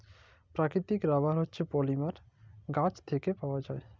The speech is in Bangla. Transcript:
পাকিতিক রাবার হছে পলিমার গাহাচ থ্যাইকে পাউয়া যায়